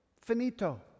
Finito